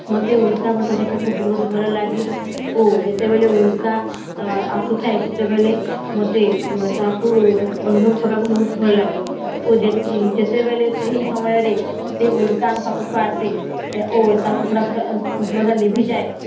ମୋତେ ଉଲ୍କା ବର୍ଷା ଦେଖିବାକୁ ବହୁତ ଭଲ ଲାଗେ ଓ ଯେତେବେଳେ ଉଲ୍କା ଆସୁଥାଏ ସେତେବେଳେ ମୋତେ ତାହାକୁ ଅନୁଭବ କରିବାକୁ ବହୁତ ଭଲ ଲାଗେ ଓ ଯେତେ ଯେତେବେଳେ ସେହି ସମୟରେ ସେ ଉଲ୍କା ଆମ ପାଖକୁ ଆସେ ଓ ତାଙ୍କ ଛଡ଼ା ଛଡ଼ା ଛଡ଼ା ଛଡ଼ା ଲିଭିଯାଏ